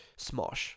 Smosh